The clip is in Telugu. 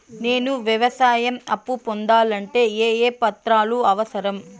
నేను వ్యవసాయం అప్పు పొందాలంటే ఏ ఏ పత్రాలు అవసరం?